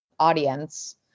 audience